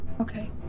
Okay